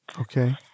Okay